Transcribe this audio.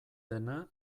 dena